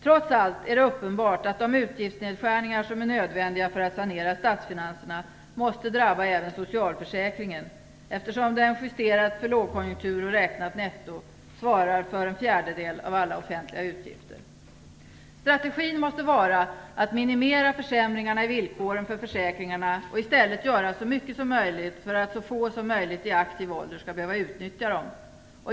Trots allt är det uppenbart att de utgiftsnedskärningar som är nödvändiga för att sanera statsfinanserna måste drabba även socialförsäkringen, eftersom den justerat för lågkonjunktur och räknat netto svarar för en fjärdedel av alla offentliga utgifter. Strategin måste vara att minimera försämringarna i villkoren för försäkringarna och i stället göra så mycket som möjligt för att så få som möjligt i aktiv ålder skall behöva utnyttja dem.